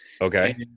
Okay